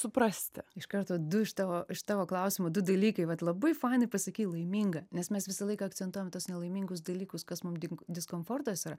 suprasti iš karto du iš tavo iš tavo klausimo du dalykai vat labai fainai pasakei laiminga nes mes visą laiką akcentuojam tuos nelaimingus dalykus kas mum diskomfortas yra